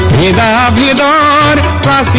da da da da